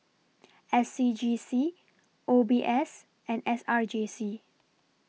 S C G C O B S and S R J C